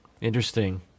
Interesting